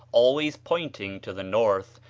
always pointing to the north,